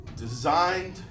designed